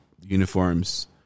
uniforms